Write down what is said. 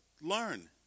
learn